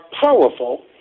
powerful